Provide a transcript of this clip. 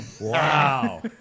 Wow